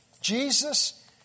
Jesus